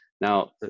Now